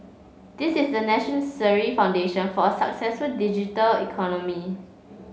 this is the necessary foundation for a successful digital economy